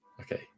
Okay